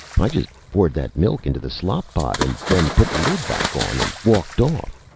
i just poured that milk into the slop pot and then put the lid back on and walked off.